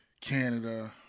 canada